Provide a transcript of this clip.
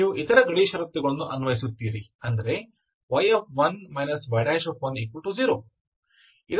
ಈಗ ನೀವು ಇತರ ಗಡಿ ಷರತ್ತುಗಳನ್ನು ಅನ್ವಯಿಸುತ್ತೀರಿ ಅಂದರೆ y1 y0